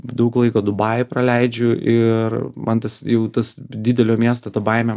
daug laiko dubajuj praleidžiu ir man tas jau tas didelio miesto ta baimė